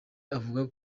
avuga